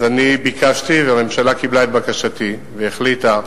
ביקשתי, והממשלה קיבלה את בקשתי והחליטה,